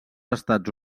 estats